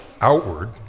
outward